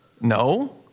No